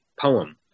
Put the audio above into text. poem